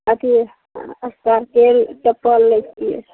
अथी चप्पल लै छियै